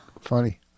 Funny